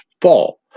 fall